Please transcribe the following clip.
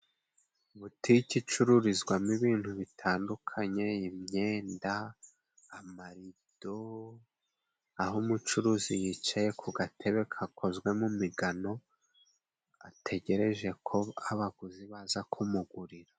Butike icururizwamo ibintu bitandukanye imyenda, amarido aho umucuruzi yicaye ku gatebe kakozwe mu migano ategereje ko abaguzi baza kumugurira.